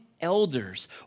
elders